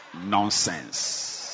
Nonsense